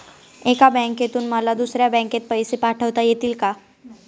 एका बँकेतून मला दुसऱ्या बँकेत पैसे पाठवता येतील का?